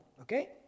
okay